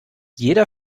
jeder